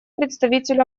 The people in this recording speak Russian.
представителю